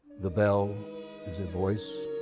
the bell is a voice,